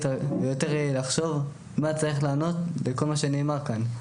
ויותר לחשוב מה צריך לענות לכל מה שנאמר כאן.